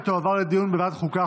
ותועבר לדיון בוועדת חוקה,